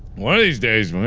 one of these days.